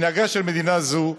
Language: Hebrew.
"מנהגה של מדינה זו,